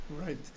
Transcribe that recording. Right